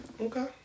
Okay